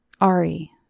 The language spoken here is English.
Ari